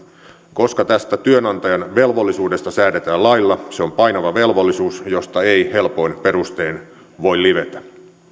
koska tästä työnantajan velvollisuudesta säädetään lailla se on painava velvollisuus josta ei helpoin perustein voi livetä